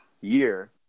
year